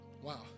wow